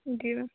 जी ma'am